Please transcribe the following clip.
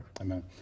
Amen